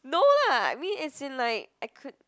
no lah I mean it's in like I could